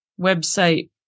website